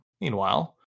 Meanwhile